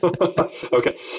Okay